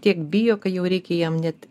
tiek bijo kad jau reikia jam net